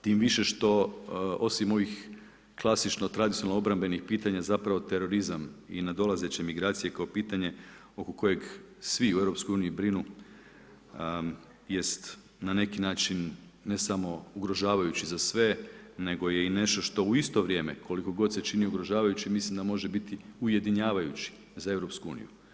Tim više što osim ovih klasično tradicionalno obrambenih pitanja zapravo terorizam i nadolazeće migracije kao pitanje oko kojeg svi u Europskoj uniji brinu jest na neki način ne samo ugrožavajući za sve nego je i nešto što u isto vrijeme koliko god se čini ugrožavajućim mislim da može biti ujedinjavajući za Europsku uniju.